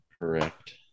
correct